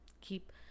keep